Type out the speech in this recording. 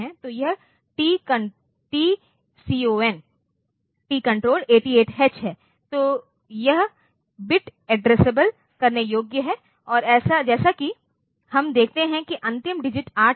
तो यह TCON 88H है यह बिट एड्रेसेब्ल करने योग्य है और जैसा कि हम देखते हैं कि अंतिम डिजिट 8 है